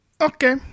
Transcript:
okay